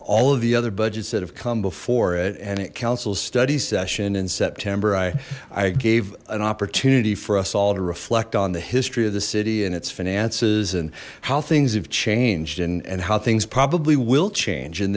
all of the other budgets that have come before it and it councils study session in september i i gave an opportunity for us all to reflect on the history of the city and its finances and how things have changed and and how things probably will change